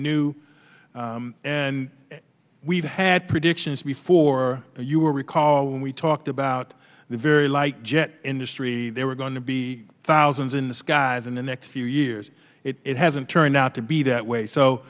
new and we've had predictions before you will recall when we talked about the very light jet industry there were going to be thousands in this guy them in the next few years it hasn't turned out to be that way so